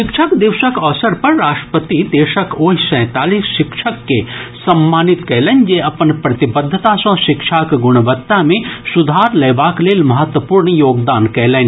शिक्षक दिवसक अवसर पर राष्ट्रपति देशक ओहि सैंतालीस शिक्षक के सम्मानित कयलनि जे अपन प्रतिबद्धता सँ शिक्षाक गुणवत्ता मे सुधार लयबाक लेल महत्वपूर्ण योगदान कयलनि